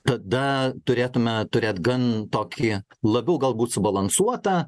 tada turėtume turėt gan tokį labiau galbūt subalansuotą